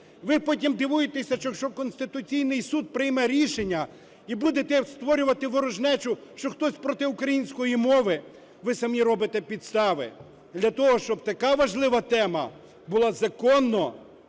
Ви потім дивуєтесь, якщо Конституційний Суд прийме рішення, і будете створювати ворожнечу, що хтось проти української мови. Ви самі робите підстави для того, щоб така важлива тема була законно